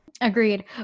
agreed